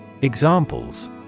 Examples